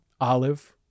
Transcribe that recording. olive